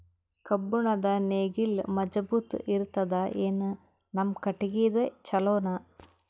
ಕಬ್ಬುಣದ್ ನೇಗಿಲ್ ಮಜಬೂತ ಇರತದಾ, ಏನ ನಮ್ಮ ಕಟಗಿದೇ ಚಲೋನಾ?